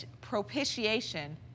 propitiation